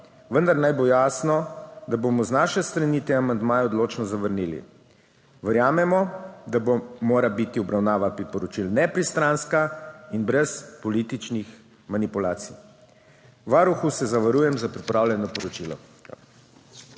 vendar naj bo jasno, da bomo z naše strani te amandmaje odločno zavrnili. Verjamemo, da mora biti obravnava priporočil nepristranska in brez političnih manipulacij. Varuhu se zavarujem Lapsus linguae.